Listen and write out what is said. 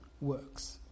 works